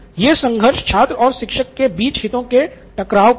यह संघर्ष छात्र और शिक्षक के बीच हितों के टकराव का है